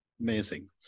Amazing